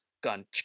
gun